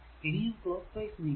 ഇനിയും clockwise നീങ്ങുക